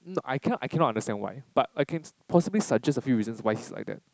no I cannot I cannot understand why but I can possibly suggest a few reasons why he is like that